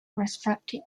respected